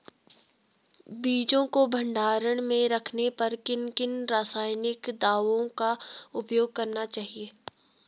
बीजों को भंडारण में रखने पर किन किन रासायनिक दावों का उपयोग करना चाहिए?